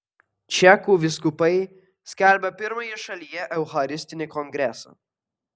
čekų vyskupai skelbia pirmąjį šalyje eucharistinį kongresą